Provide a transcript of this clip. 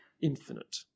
infinite